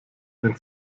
wenn